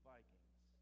Vikings